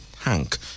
tank